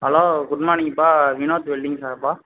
hello good மார்னிங்பா Vinod welding ஷாப்பா